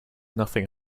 nothing